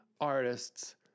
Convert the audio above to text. artists